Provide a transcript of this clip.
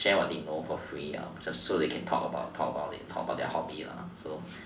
share what they know for free just so that they can talk about it talk about their hobby so